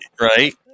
Right